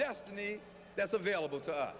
destiny that's available to us